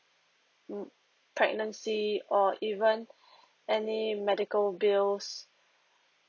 pregnancy or even any medical bills